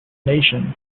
nation